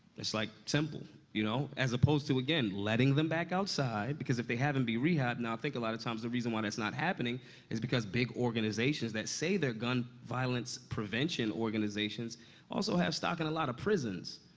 it's, like, simple, you know? as opposed to, again, letting them back outside because if they haven't be rehabbed now, i think a lot of times, the reason why that's not happening is because big organizations that say they're gun-violence prevention organizations also have stock in a lot of prisons,